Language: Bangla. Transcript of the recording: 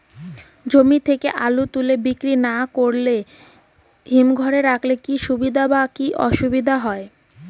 জমি থেকে আলু তুলে বিক্রি না করে হিমঘরে রাখলে কী সুবিধা বা কী অসুবিধা হবে?